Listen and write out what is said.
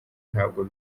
ntabwo